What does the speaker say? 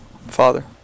Father